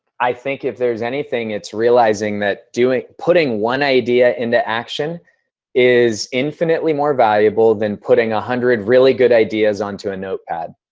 i think if there's anything, it's realizing that putting one idea into action is infinitely more valuable than putting a hundred really good ideas onto a notepad.